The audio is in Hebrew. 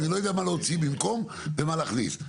אני לא יודע מה להוציא במקום ומה להכניס.